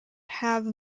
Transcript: have